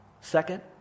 second